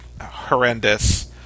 horrendous